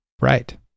Right